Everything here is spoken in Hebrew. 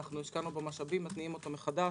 אנחנו השקענו בו משאבים ומתניעים אותו מחדש.